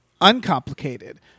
uncomplicated